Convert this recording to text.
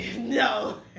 no